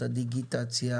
את הדיגיטציה,